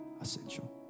essential